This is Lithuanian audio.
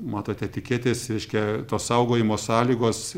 matote tikėtis reiškia tos saugojimo sąlygos